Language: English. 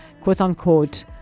quote-unquote